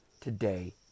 today